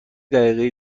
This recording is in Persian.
دقیقه